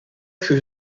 chez